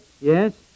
Yes